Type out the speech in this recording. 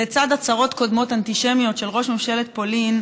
לצד הצהרות אנטישמיות קודמות של ראש ממשלת פולין,